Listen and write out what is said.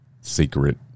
secret